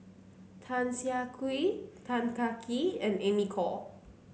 Tan Siah Kwee Tan Kah Kee and Amy Khor